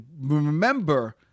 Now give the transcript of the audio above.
remember